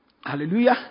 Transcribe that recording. hallelujah